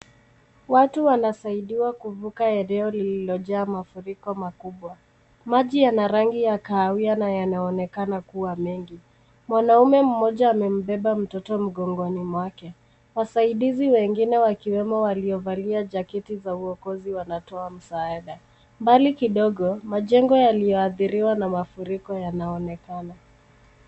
Watu wanasaidiwa kuvuka eneo lililojaa mafuriko makubwa. Maji yana rangi ya kahawia na yanaonekana kuwa mengi. Mwanaume mmoja amembeba mtoto mgongoni mwake. Wasaidizi wengine wakiwemo waliovalia jaketi za uokozi wanatoa msaada. Mbali kidogo, majengo yaliyoathiriwa na mafuriko yanaonekana.